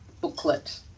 booklet